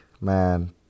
man